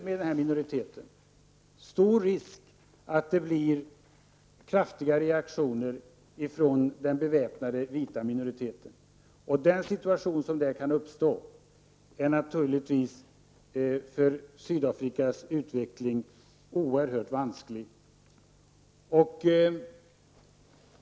Risken är stor att reaktionen blir kraftig från den beväpnade vita minoriteten. Den situation som kan uppstå är naturligtvis oerhört vansklig för Sydafrikas utveckling.